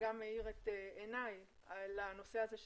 שהאיר את עיני לנושא של